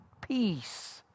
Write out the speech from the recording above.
peace